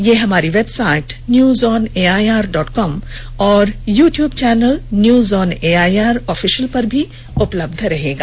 यह हमारी website news on AIR dot com और YouTube channel news on AIR official पर भी उपलब्ध रहेगा